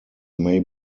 may